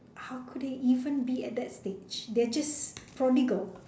how could even be at that stage they are just prodigal